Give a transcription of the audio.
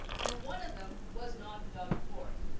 and one of them was not doug ford.